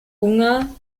unger